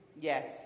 Yes